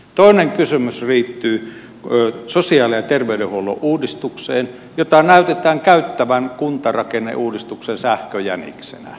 toinen kysymys liittyy sosiaali ja terveydenhuollon uudistukseen jota näytetään käytettävän kuntarakenneuudistuksen sähköjäniksenä